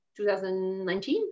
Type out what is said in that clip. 2019